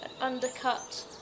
undercut